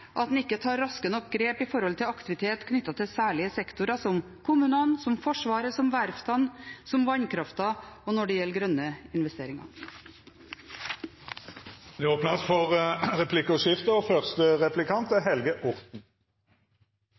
at en ikke tar raske nok grep i forbindelse med aktivitet knyttet til særlige sektorer som kommunene, Forsvaret, verftene, vannkrafta og når det gjelder grønne investeringer. Det vert replikkordskifte.